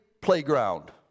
Playground